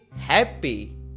happy